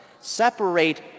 separate